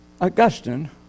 Augustine